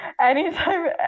anytime